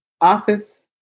office